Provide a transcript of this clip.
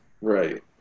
right